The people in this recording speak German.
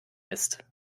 ist